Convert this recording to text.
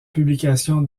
publication